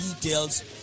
details